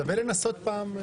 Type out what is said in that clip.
הישיבה נעולה.